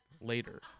later